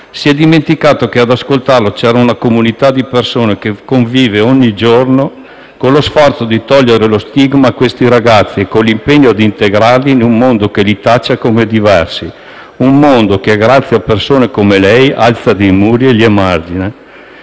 Si è dimenticato che ad ascoltarlo c'era una comunità di persone che convive ogni giorno con lo sforzo di togliere lo stigma a questi ragazzi e con l'impegno di integrarli in un mondo che li taccia come diversi; un mondo che, grazie a persone come lei, caro Grillo, alza dei muri e li emargina.